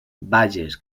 bages